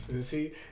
See